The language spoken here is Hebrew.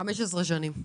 15 שנים.